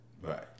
Right